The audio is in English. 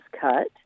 cut